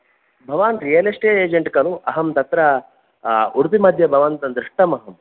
भवान् real estate agent खलु अहं तत्र उडुपि मध्ये भवन्तं दृष्टम् अहम्